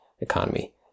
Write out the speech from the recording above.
economy